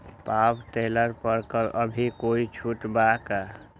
Power tiller पर अभी कोई छुट बा का?